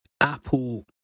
Apple